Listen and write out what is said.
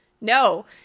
No